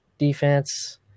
defense